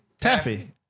taffy